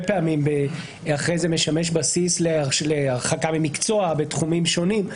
פעמים אחרי כן משמש בסיס להרחקה ממקצוע בתחומים שונים.